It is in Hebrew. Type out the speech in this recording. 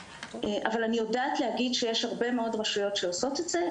אני יודעת להגיד שיש הרבה מאוד רשויות שעושות את זה.